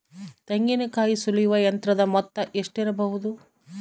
ತೆಂಗಿನಕಾಯಿ ಸುಲಿಯುವ ಯಂತ್ರದ ಮೊತ್ತ ಎಷ್ಟಿರಬಹುದು?